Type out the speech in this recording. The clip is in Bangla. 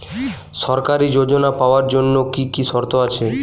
সরকারী যোজনা পাওয়ার জন্য কি কি শর্ত আছে?